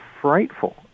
frightful